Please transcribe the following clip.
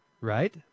right